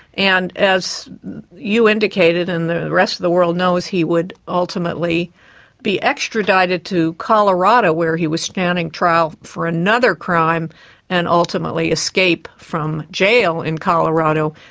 and as you indicated and the rest of the world knows, he would ultimately be extradited to colorado where he was standing trial for another crime and ultimately escape from jail in colorado,